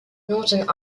northern